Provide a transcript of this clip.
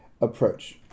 approach